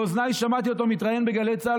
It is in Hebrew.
באוזניי שמעתי אותו שהוא מתראיין בגלי צה"ל